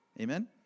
Amen